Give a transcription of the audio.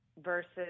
versus